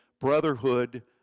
brotherhood